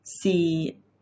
see